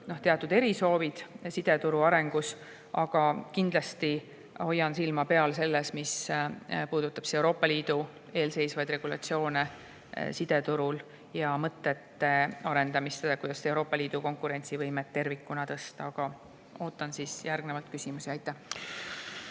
teatud erisoovid. Kindlasti hoian silma peal sellel, mis puudutab Euroopa Liidu eelseisvaid regulatsioone sideturul ja mõtete arendamist, seda, kuidas Euroopa Liidu konkurentsivõimet tervikuna tõsta. Aga ootan järgnevalt küsimusi. Aitäh!